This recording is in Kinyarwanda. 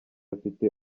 afite